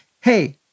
Hey